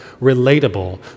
relatable